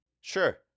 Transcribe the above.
Sure